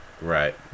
Right